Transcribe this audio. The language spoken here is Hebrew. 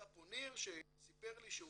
נמצא פה ניר שסיפר לי שהוא